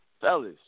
Fellas